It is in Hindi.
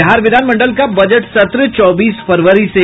बिहार विधान मंडल का बजट सत्र चौबीस फरवरी से